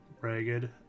ragged